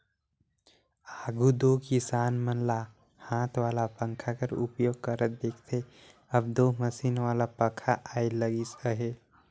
आघु दो किसान मन ल हाथ वाला पंखा कर उपयोग करत देखथे, अब दो मसीन वाला पखा आए लगिस अहे